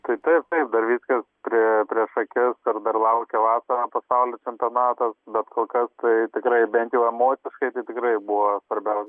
tai taip taip dar viskas prie prieš akis dar dar laukia vasarą pasaulio čempionatas bet kol kas tai tikrai bent jau emociškai tikrai buvo svarbiausia